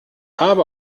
habe